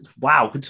wow